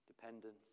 dependence